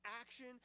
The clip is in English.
action